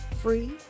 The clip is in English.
free